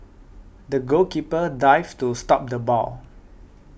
the goalkeeper dived to stop the ball